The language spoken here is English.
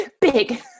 big